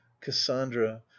cassandra